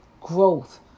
growth